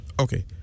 Okay